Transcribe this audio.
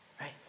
right